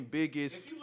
biggest